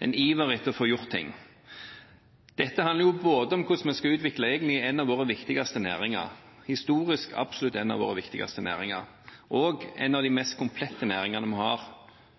en iver etter å få gjort ting. Dette handler om hvordan vi skal utvikle en av våre viktigste næringer – historisk absolutt en av våre viktigste næringer – en av de mest komplette næringene vi har,